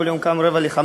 כל יום קם ב-04:45,